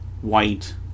white